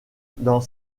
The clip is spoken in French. dans